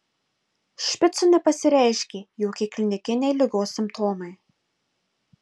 špicui nepasireiškė jokie klinikiniai ligos simptomai